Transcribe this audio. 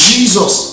Jesus